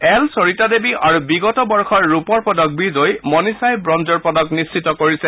L Sarita Devi আৰু বিগত বৰ্ষৰ ৰূপৰ পদক বিজয়ী মণীযাই ৱঞ্জৰ পদক নিশ্চিত কৰিছে